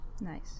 Nice